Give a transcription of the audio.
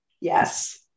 Yes